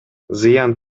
зыян